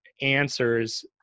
answers